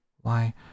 Why